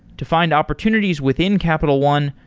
to find opportunities within capital one,